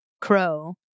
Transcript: crow